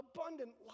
abundant